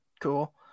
cool